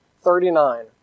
thirty-nine